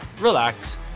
relax